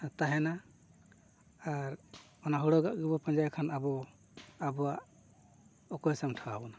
ᱛᱟᱦᱮᱱᱟ ᱟᱨ ᱚᱱᱟ ᱦᱩᱲᱟᱜᱼᱟᱜ ᱜᱮᱵᱚᱱ ᱯᱟᱸᱡᱟᱭ ᱠᱷᱟᱱ ᱟᱵᱚ ᱟᱵᱚᱣᱟᱜ ᱚᱠᱚᱭ ᱥᱟᱢᱴᱟᱶ ᱵᱚᱱᱟ